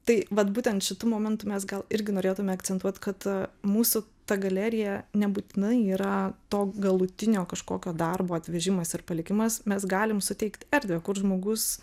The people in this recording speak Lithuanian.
tai vat būtent šitu momentu mes gal irgi norėtume akcentuot kad mūsų ta galerija nebūtinai yra to galutinio kažkokio darbo atvežimas ir palikimas mes galim suteikt erdvę kur žmogus